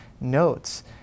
notes